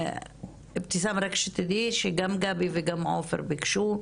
אבתיסאם רק שתדעי שגם גבי וגם עופר ביקשו,